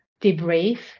debrief